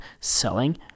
selling